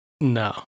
No